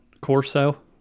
Corso